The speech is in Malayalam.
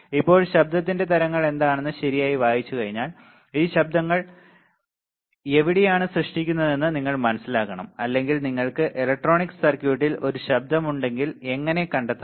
ഇപ്പോൾ ശബ്ദത്തിന്റെ തരങ്ങൾ എന്താണെന്ന് ശരിയായി വായിച്ചുകഴിഞ്ഞാൽ ഈ ശബ്ദങ്ങൾ എവിടെയാണ് സൃഷ്ടിക്കപ്പെടുന്നതെന്ന് നിങ്ങൾ മനസിലാക്കണം അല്ലെങ്കിൽ നിങ്ങൾക്ക് ഇലക്ട്രോണിക് സർക്യൂട്ട്ൽ ഒരു ശബ്ദമുണ്ടെങ്കിൽ എങ്ങനെ കണ്ടെത്താം